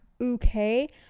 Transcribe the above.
okay